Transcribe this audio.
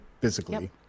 physically